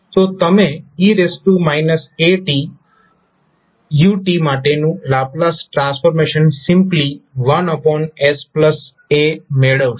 તો તમેં e atu માટેનું લાપ્લાસ ટ્રાન્સફોર્મ સિમ્પ્લી 1sa મેળવશો